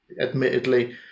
admittedly